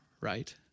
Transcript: right